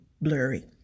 blurry